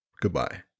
Goodbye